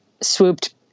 swooped